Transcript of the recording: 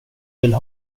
vill